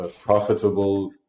profitable